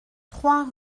trois